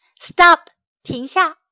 Stop,停下